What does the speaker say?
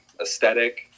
aesthetic